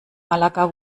malaga